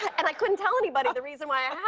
and i couldn't tell anybody the reason why i yeah